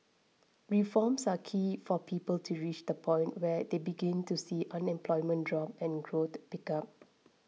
reforms are key for people to reach the point where they begin to see unemployment drop and growth pick up